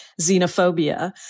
xenophobia